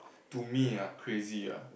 to me ah crazy ah